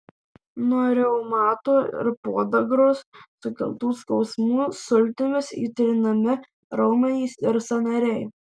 nuo reumato ir podagros sukeltų skausmų sultimis įtrinami raumenys ir sąnariai